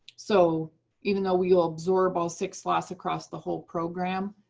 so even though we ah absorb all six slots across the whole program,